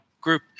group